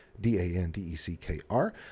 d-a-n-d-e-c-k-r